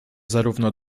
zarówno